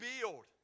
build